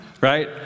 right